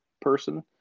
person